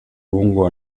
lungo